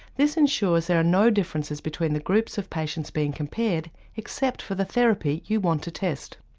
this ensures there are no differences between the groups of patients being compared except for the therapy you want to test.